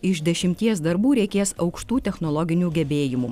iš dešimties darbų reikės aukštų technologinių gebėjimų